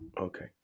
okay